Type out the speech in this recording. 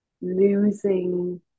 losing